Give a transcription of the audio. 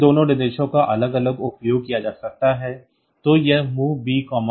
इन दोनों निर्देशों का अलग अलग उपयोग किया जा सकता है तो यह MOV B00h